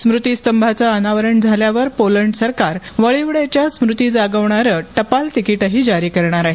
स्मृतीस्तंभाचं अनावरण झाल्यावर पोलंड सरकार वळीवडेच्या स्मृती जागवणारं टपाल तिकीटही जारी करणार आहे